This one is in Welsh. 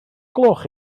gloch